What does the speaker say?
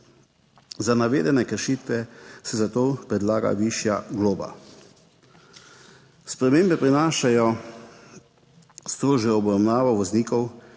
Za navedene kršitve se zato predlaga višja globa. Spremembe prinašajo strožjo obravnavo voznikov,